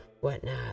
whatnot